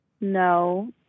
No